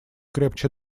крепче